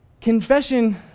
Confession